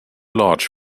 large